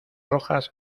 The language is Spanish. rojas